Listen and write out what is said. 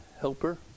helper